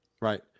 Right